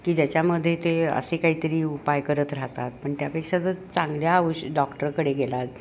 की ज्याच्यामध्ये ते असे काहीतरी उपाय करत राहतात पण त्यापेक्षा जर चांगल्या आवष डॉक्टरकडे गेलात